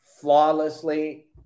flawlessly